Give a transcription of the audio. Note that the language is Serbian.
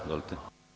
Izvolite.